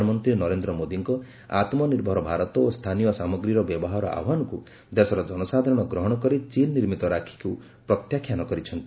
ପ୍ରଧାନମନ୍ତ୍ରୀ ନରେନ୍ଦ୍ର ମୋଦୀଙ୍କ ଆତ୍ମନିର୍ଭର ଭାରତ ଓ ସ୍ଥାନୀୟ ସାମଗ୍ରୀର ବ୍ୟବହାର ଆହ୍ପାନକୁ ଦେଶର କନସାଧାରଣ ଗ୍ରହଣ କରି ଚୀନ୍ ନିର୍ମିତ ରାକ୍ଷୀକୁ ପ୍ରତ୍ୟାଖ୍ୟାନ କରିଛନ୍ତି